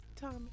Tommy